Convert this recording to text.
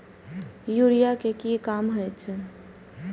Urea के की काम होई छै?